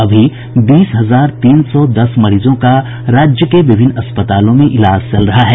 अभी बीस हजार तीन सौ दस मरीजों का राज्य के विभिन्न अस्पतालों में इलाज चल रहा है